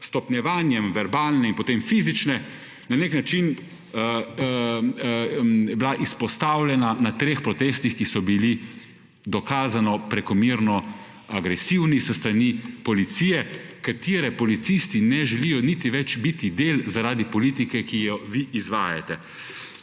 stopnjevanjem verbalne in potem fizične, na nek način, bila izpostavljena na treh protestih, ki so bili dokazano prekomerno agresivni s strani policije, katere policisti ne želijo niti več biti del zaradi politike, ki jo vi izvajate.